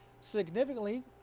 Significantly